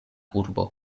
urbo